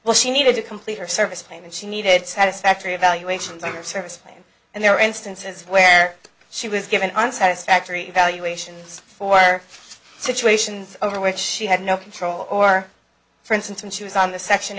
well she needed to complete her service plan and she needed satisfactory evaluations of her service and there were instances where she was given unsatisfactory evaluations for situations over which she had no control or for instance when she was on the section